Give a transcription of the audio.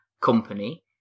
Company